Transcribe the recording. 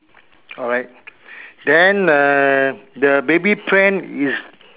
alright then err the baby pram is